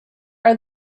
are